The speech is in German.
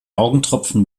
augentropfen